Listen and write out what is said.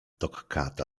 toccata